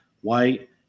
white